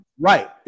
Right